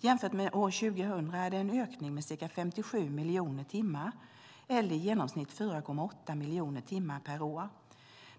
Jämfört med år 2000 är det en ökning med ca 57 miljoner timmar, eller i genomsnitt 4,8 miljoner timmar per år.